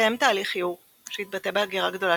התקיים תהליך עיור שהתבטא בהגירה גדולה